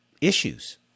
issues